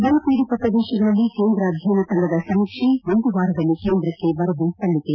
ಬರ ಪೀಡಿತ ಪ್ರದೇಶಗಳಲ್ಲಿ ಕೇಂದ್ರ ಅಧ್ಯಯನ ತಂಡದ ಸಮಿಕ್ಷೆ ಒಂದು ವಾರದಲ್ಲಿ ಕೇಂದ್ರಕ್ಕೆ ವರದಿ ಸಲ್ಲಿಕೆ